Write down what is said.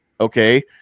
Okay